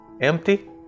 empty